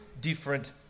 different